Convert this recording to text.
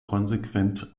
konsequent